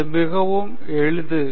அது மிகவும் எளிது